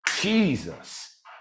Jesus